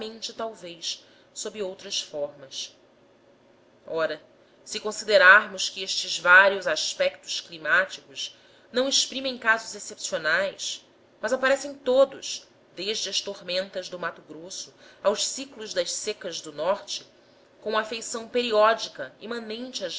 duramente talvez sob outras formas ora se considerarmos que estes vários aspectos climáticos não exprimem casos excepcionais mas aparecem todos desde as tormentas do mato grosso aos ciclos das secas do norte com a feição periódica imanente